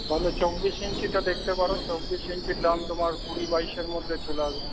তাহলে চব্বিশ ইঞ্চিটা দেখতে পারো চব্বিশ ইঞ্চির দাম তোমার কুড়ি বাইশের মধ্যে চলে আসবে